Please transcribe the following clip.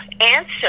answer